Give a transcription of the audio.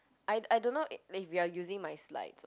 I I don't know if you're using my slides